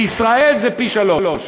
בישראל זה פי-שלושה.